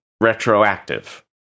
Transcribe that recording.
retroactive